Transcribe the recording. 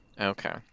Okay